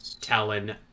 Talon